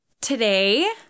today